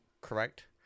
Correct